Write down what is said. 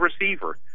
receiver